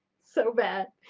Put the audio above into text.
so bad,